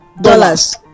dollars